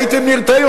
הייתם נרתעים,